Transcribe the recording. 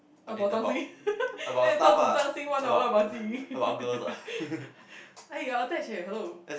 about Zhang-Xin then you talk to Zhang-Xin one hour about Xin-Ying eh you are attached eh hello